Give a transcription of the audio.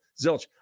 Zilch